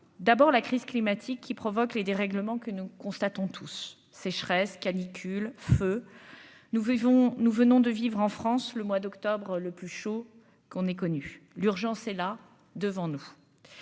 d'abord la crise climatique qui provoque les dérèglements que nous constatons tous, sécheresse, canicule feux nous vivons, nous venons de vivre en France le mois d'octobre, le plus chaud qu'on ait connu l'urgence est là, devant nous,